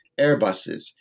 Airbuses